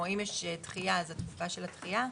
או אם יש דחייה אז לתקופה של הדחייה.